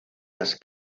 las